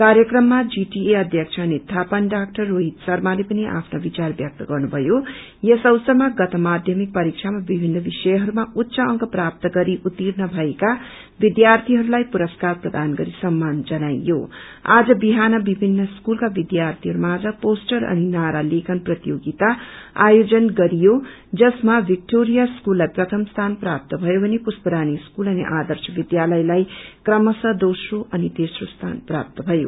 कार्यक्रममा जीटिए अध्यक्ष अनित थापा अनि डाक्अर रोहित शर्माले पनि आफ्ना विचार व्यक्त गर्नुभयो यस अवसरमा गत ामाध्यमिक परीक्षामा विभिन विषयहरूमा उच्च अंक प्राप्त गरि उर्तीण भएका विध्यार्थीहरूलाई पुरसकर प्रदान गरि सममान जनाइयों आज बिहान विभिन्न स्कूलाका विध्यार्थीहरू माझ पोष्टर अनि नारा लेखन प्रतिशेगिता आयोजन गरियो जसमा विक्टोरिया स्कूललाइ प्रथम सीन प्राप्त भयो भने पुष्परानी स्कूल अनि आर्दश विध्यालयलाइ क्रमशः दोम्रो अनि तेम्रो स्थान प्राप्त भयो